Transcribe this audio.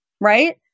right